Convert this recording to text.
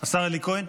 השר אלי כהן?